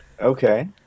okay